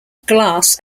glass